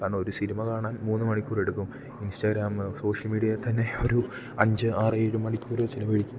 കാരണം ഒരു സിനിമ കാണാൻ മൂന്ന് മണിക്കൂർ എടുക്കും ഇൻസ്റ്റാഗ്രാമ് സോഷ്യൽ മീഡിയയിൽ തന്നെ ഒരു അഞ്ച് ആറ് ഏഴ് മണിക്കൂർ ചിലവഴിക്കും